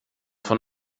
von